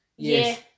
Yes